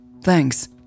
Thanks